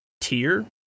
tier